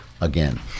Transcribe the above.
again